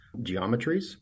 geometries